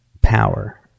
power